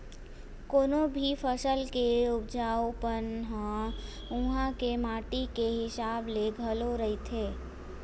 कोनो भी फसल के उपजाउ पन ह उहाँ के माटी के हिसाब ले घलो रहिथे